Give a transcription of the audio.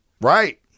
right